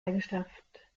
eigenschaft